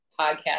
podcast